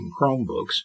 Chromebooks